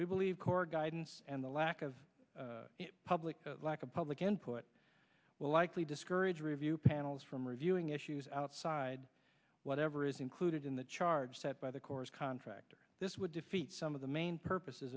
we believe core guidance and the lack of public lack of public input will like we discourage review panels from reviewing issues outside whatever is included in the charge set by the corps contractor this would defeat some of the main purposes